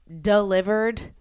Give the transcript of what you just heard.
delivered